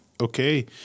okay